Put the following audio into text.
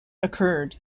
occurred